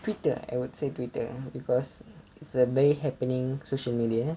twitter I would say twitter because it's a very happening social media